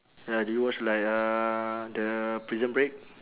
ya do you watch like uh the prison break